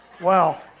Wow